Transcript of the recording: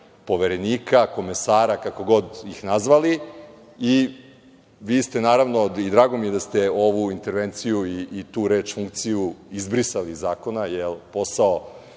poverenika, komesara, kako god ih nazvali. Vi ste, naravno, i drago mi je da ste ovu intervenciju i tu reč „funkciju“ izbrisali iz zakona, jer posao